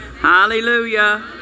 Hallelujah